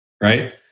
Right